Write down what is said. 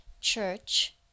church